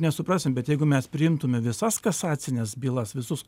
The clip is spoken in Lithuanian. nesuprasim bet jeigu mes priimtume visas kasacines bylas visus